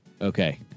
Okay